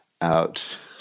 out